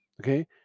okay